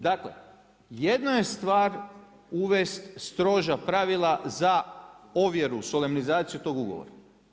Dakle, jedno je stvar uvesti stroža pravila za ovjeru, solemnizaciju tog ugovora.